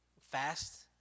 fast